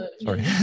Sorry